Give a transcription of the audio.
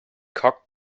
cock